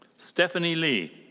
stephanie lee.